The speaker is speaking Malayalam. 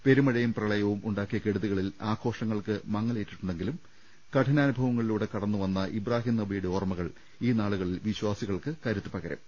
പെരുമഴയും പ്രള യവും ഉണ്ടാക്കിയ കെടുതികളിൽ ആഘോഷങ്ങൾക്ക് മങ്ങ ലേറ്റിട്ടുണ്ടെങ്കിലും കഠിനാനുഭവങ്ങളിലൂടെ കടന്നുവന്ന ഇബ്രാഹിം നബിയുടെ ഓർമ്മകൾ ഈ നാളുകളിൽ വിശ്വാ സികൾക്ക് കരുത്ത് പകരും